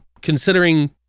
considering